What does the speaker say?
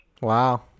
Wow